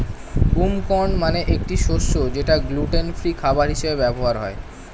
broom corn মানে একটি শস্য যেটা গ্লুটেন ফ্রি খাবার হিসেবে ব্যবহার হয়